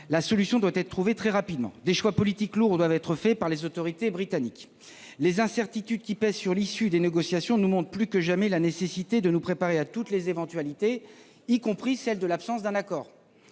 la solution doit être trouvée très rapidement. Des choix politiques lourds doivent être opérés par les autorités britanniques. Les incertitudes qui pèsent sur l'issue des négociations soulignent plus que jamais la nécessité de nous préparer à toutes les éventualités, y compris celle de l'absence d'un accord